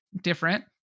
different